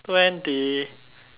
three